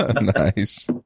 Nice